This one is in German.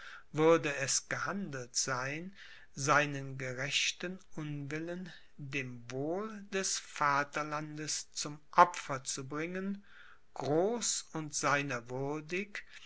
würde es gehandelt sein seinen gerechten unwillen dem wohl des vaterlandes zum opfer zu bringen groß und seiner